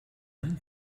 and